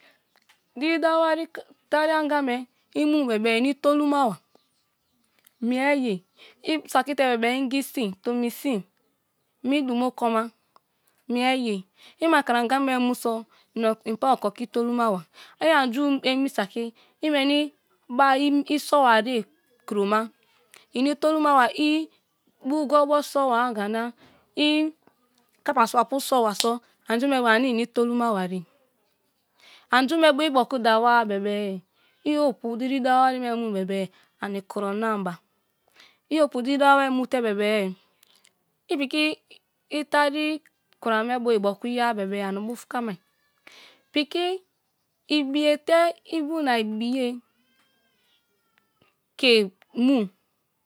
Diri dawa wari tari anga me i mu bebe in' i toluma ba mie ye i saki te bebe i ingi sin tomi sin, mi dumo konma mie ye. I maikrama anga me mu so in pa okokei toluma ba. I an ju emi saki i weni ba i piki so ba rie k'roma, in i tolumaba i bu gwobo so bar ' anga nai kapa su'a- apu so ba so an ' ju me bu anie ini ' i toluma ba rie. Anju me bu i ibioku dawa-a bebe i opu diri dawa wari me mu bebe ani k'ro lam ' ba, i opu diri wari me mute bebe ipiki i tari kura me bu ibioku ye-a bebe ani buf' kama'i piki ibiye te i bu na ibiye ke mu.